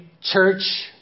church